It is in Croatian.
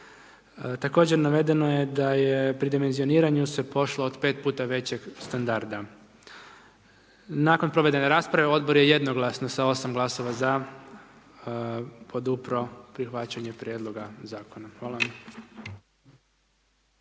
Također, navedeno je da je pri dimenzioniranju se pošlo od 5x većeg standarda. Nakon provedene rasprave Odbor je jednoglasno sa 8 glasova ZA, podupro prihvaćanje prijedloga Zakona. Hvala.